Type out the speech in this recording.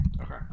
Okay